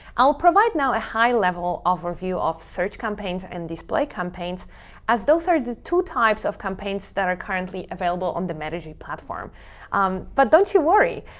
i'll provide now a high level of review of search campaigns and display campaigns as those are the two types of campaigns that are currently available on the metigy platform. alex um but don't you worry,